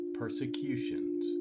persecutions